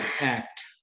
act